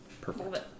Perfect